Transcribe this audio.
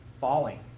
falling